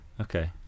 Okay